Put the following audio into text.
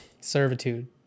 Servitude